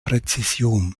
präzision